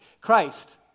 Christ